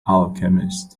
alchemist